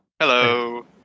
Hello